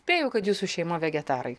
spėju kad jūsų šeima vegetarai